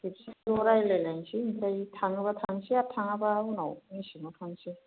खेबसे ज' रायलायग्रोलायसै थाङोबा थांसै आरो थाङाबा उनाव मेसेङाव थांसै